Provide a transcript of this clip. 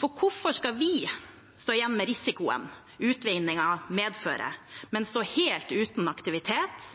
For hvorfor skal vi stå igjen med risikoen utvinningen medfører, men stå helt uten aktivitet